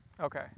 Okay